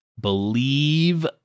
believe